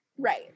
right